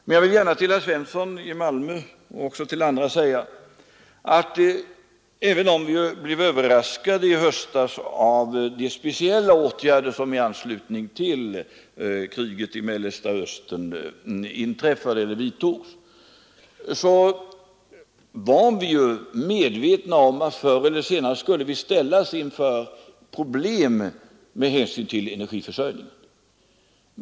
Men till herr Svensson i Malmö och andra vill jag säga, att även om vi i höstas blev överraskade av de åtgärder som vidtogs i anslutning till kriget i Mellersta Östern var vi ju ändå medvetna om att vi förr eller senare skulle komma att ställas inför problem när det gäller energiförsörjningen.